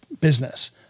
business